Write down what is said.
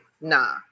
Nah